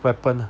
weapon ah